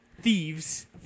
thieves